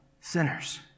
sinners